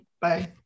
Bye